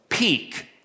Peak